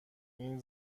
این